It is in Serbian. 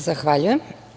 Zahvaljujem.